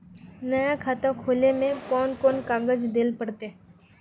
नया खाता खोले में कौन कौन कागज देल पड़ते?